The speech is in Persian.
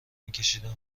میکشیدم